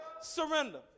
surrender